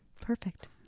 perfect